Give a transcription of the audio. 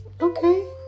okay